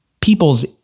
People's